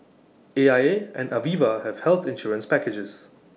A I A and Aviva have health insurance packages